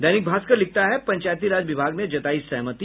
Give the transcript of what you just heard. दैनिक भास्कर लिखता है पंचायती राज विभाग ने जतायी सहमति